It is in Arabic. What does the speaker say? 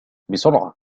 بسرعة